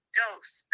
dose